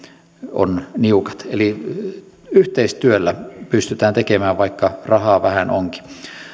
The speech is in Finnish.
ovat niukat eli yhteistyöllä pystytään tekemään vaikka rahaa vähän onkin